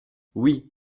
oui